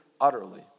utterly